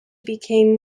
became